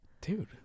dude